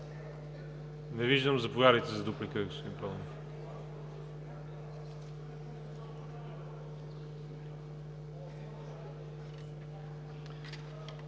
Не виждам. Заповядайте за дуплика, господин Проданов.